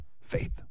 Faith